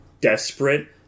desperate